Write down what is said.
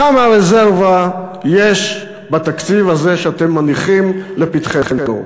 כמה רזרבה יש בתקציב הזה שאתם מניחים לפתחנו,